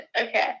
okay